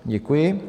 Děkuji.